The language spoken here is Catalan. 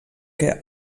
què